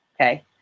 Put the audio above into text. okay